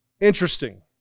Interesting